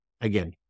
Again